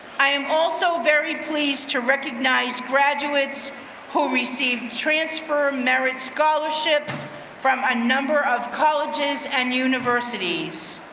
i am also very pleased to recognize graduates who received transfer merit scholarships from a number of colleges and universities.